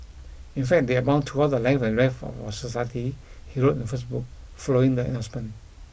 in fact they abound throughout the length and breadth of our society he wrote on Facebook following the announcement